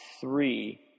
three